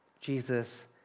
Jesus